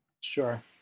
Sure